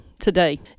today